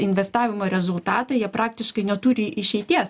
investavimo rezultatą jie praktiškai neturi išeities